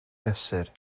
fesur